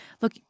Look